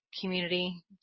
community